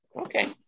Okay